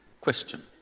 question